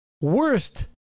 worst